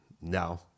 no